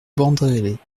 bandrélé